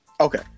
Okay